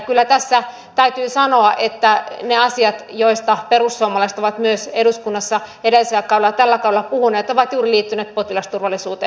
kyllä tässä täytyy sanoa että ne asiat joista perussuomalaiset ovat myös eduskunnassa edellisellä kaudella ja tällä kaudella puhuneet ovat liittyneet juuri potilasturvallisuuteen